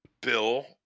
bill